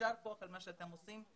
יישר כוח על מה שאתם עושים.